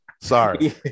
sorry